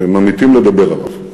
שממעטים לדבר עליו.